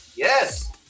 Yes